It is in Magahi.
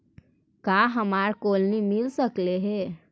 का हमरा कोलनी मिल सकले हे?